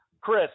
Chris